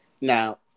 Now